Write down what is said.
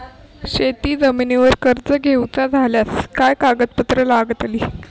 शेत जमिनीवर कर्ज घेऊचा झाल्यास काय कागदपत्र लागतली?